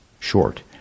short